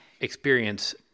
experience